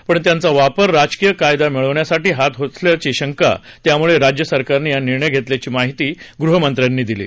पण त्यांचा वापर राजकीय फायदा मिळवण्यासाठी होत असल्याची शंका आहे त्यामुळे राज्य सरकारनं हा निर्णय घेतल्याची माहिती गृहमंत्र्यांनी दिली